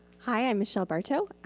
hi, i'm michelle barto.